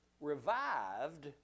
revived